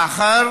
מאחר